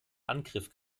angriff